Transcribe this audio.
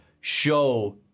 show